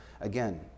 Again